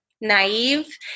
naive